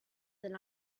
than